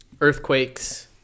earthquakes